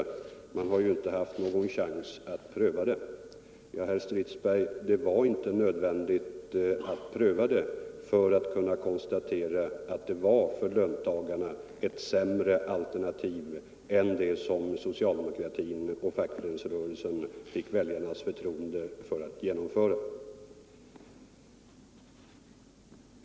Man har ju inte haft någon chans att pröva det. — Ja, herr Strindberg, det var inte nödvändigt att pröva det för att konstatera att det var ett sämre alternativ för löntagarna än det som socialdemokratin och fackföreningsrörelsen fick väljarnas förtroende att genomföra.